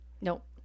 Nope